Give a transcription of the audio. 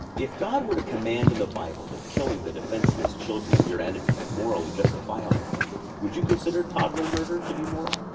if god were to command in the bible that killing the defenseless children of your enemy is morally justifiable would you consider toddler murder to be moral?